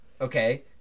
Okay